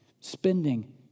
spending